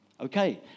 Okay